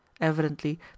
Evidently